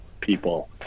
people